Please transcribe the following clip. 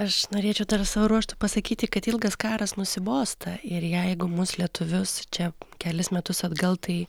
aš norėčiau dar savo ruožtu pasakyti kad ilgas karas nusibosta ir jeigu mus lietuvius čia kelis metus atgal tai